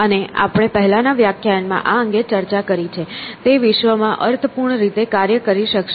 અને આપણે પહેલાના વ્યાખ્યાયનમાં આ અંગે ચર્ચા કરી છે તે વિશ્વમાં અર્થપૂર્ણ રીતે કાર્ય કરી શકશે